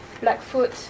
Blackfoot